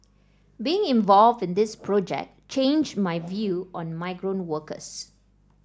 being involved in this project changed my view on migrant workers